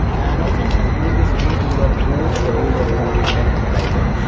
and also you can use this free tool of coschedule dot com headline analyzer.